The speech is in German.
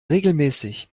regelmäßig